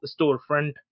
Storefront